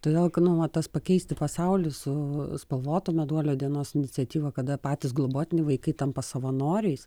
todėl kanoma tas pakeisti pasaulį su spalvoto meduolio dienos iniciatyva kada patys globotiniai vaikai tampa savanoriais